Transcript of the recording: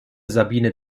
sabine